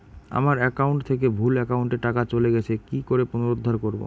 আমার একাউন্ট থেকে ভুল একাউন্টে টাকা চলে গেছে কি করে পুনরুদ্ধার করবো?